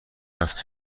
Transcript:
رفت